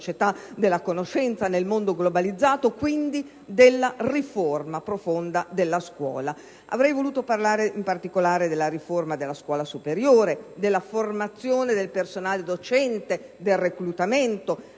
della conoscenza, nel mondo globalizzato e quindi della riforma profonda della scuola. Avrei voluto parlare in particolare della riforma della scuola superiore, della formazione del personale docente, del reclutamento.